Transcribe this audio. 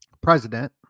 president